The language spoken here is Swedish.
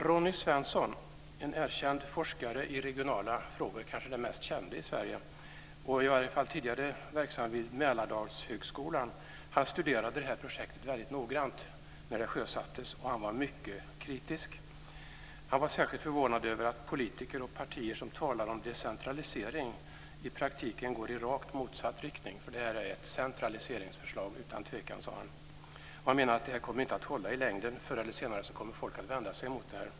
Ronny Svensson, en erkänd forskare i regionala frågor - ja, kanske den mest kände i Sverige - och tidigare verksam vid Mälardalshögskolan, har studerat det här projektet väldigt noga i samband med att det sjösattes. Han var mycket kritisk. Särskilt förvånad var han över att politiker och partier som talar om decentralisering i praktiken går i rakt motsatt riktning. Det här är utan tvekan ett centraliseringsförslag, sade han. Han menar att det i längden inte kommer att hålla, utan att folk förr eller senare kommer att vända sig mot detta.